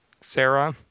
Sarah